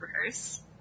rehearse